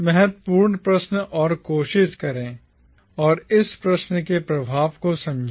महत्वपूर्ण प्रश्न और कोशिश करें और इस प्रश्न के प्रभाव को समझें